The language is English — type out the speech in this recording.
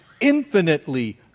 Infinitely